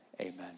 Amen